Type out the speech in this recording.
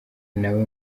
nawe